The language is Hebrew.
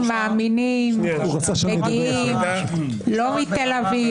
מאמינים שמגיעים להפגין ולא רק מתל אביב.